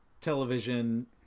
television